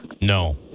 No